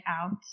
out